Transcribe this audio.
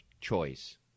choice